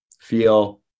feel